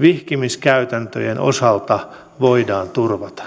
vihkimiskäytäntöjen osalta voidaan turvata